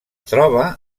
troba